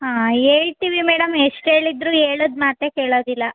ಹಾಂ ಹೇಳ್ತಿವಿ ಮೇಡಮ್ ಎಷ್ಟು ಹೇಳಿದ್ರು ಹೇಳೋದ್ ಮಾತೇ ಕೇಳೊದಿಲ್ಲ